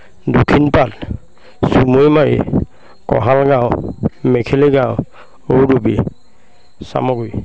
দক্ষিণ পাল চুমৈমাৰী কঁহাল গাঁও মেখেলি গাঁও ঔডুবি চামগুৰি